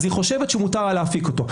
אז היא חושבת שמותר לה להפיק אותו.